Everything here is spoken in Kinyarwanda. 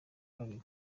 kabiri